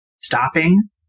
stopping